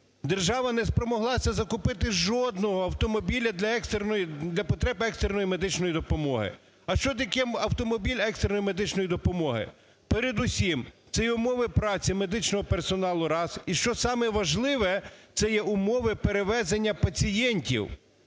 держава не спромоглася закупити жодного автомобіля для екстреної… для потреб екстреної медичної допомоги. А що таке автомобіль екстреної медичної допомоги? Передусім, це й умови праці медичного персоналу – раз, і, що саме важливе, це є умови перевезення пацієнтів.